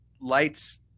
lights